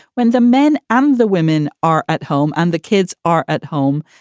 when the men and the women are at home and the kids are at home,